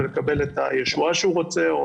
ולקבל את הישועה שהיא רוצה,